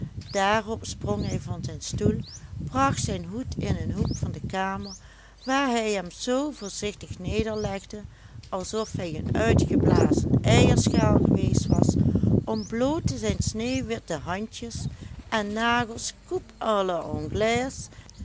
daarop sprong hij van zijn stoel bracht zijn hoed in een hoek van de kamer waar hij hem zoo voorzichtig nederlegde alsof hij een uitgeblazen eierschaal geweest was ontblootte zijn sneeuwwitte handjes en nagels